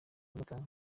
gatanu